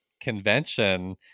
convention